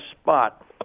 spot